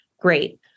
great